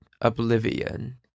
oblivion